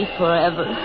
forever